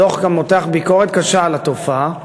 הדוח גם מותח ביקורת קשה על התופעה,